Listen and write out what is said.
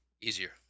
Easier